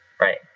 right